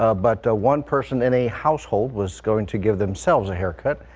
ah but one person in a household was going to give themselves a haircut.